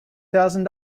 thousand